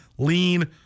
Lean